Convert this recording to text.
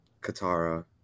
katara